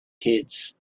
kids